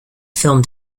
film